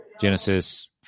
Genesis